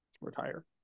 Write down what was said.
retire